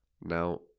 Now